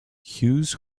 hughes